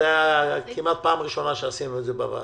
זו כמעט הפעם הראשונה שעשינו את זה בוועדה,